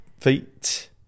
feet